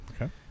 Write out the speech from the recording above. Okay